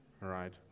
right